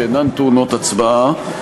שאינן טעונות הצבעה.